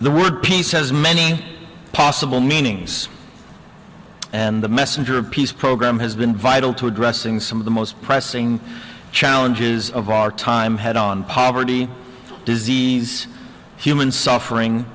the pieces many possible meanings and the messenger of peace program has been vital to addressing some of the most pressing challenges of our time head on poverty disease human suffering